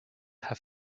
have